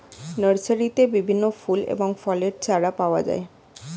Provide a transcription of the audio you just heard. নার্সারিতে বিভিন্ন ফুল এবং ফলের চারাগাছ পাওয়া যায়